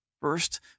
First